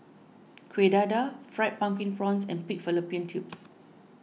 Kuih Dadar Fried Pumpkin Prawns and Pig Fallopian Tubes